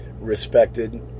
respected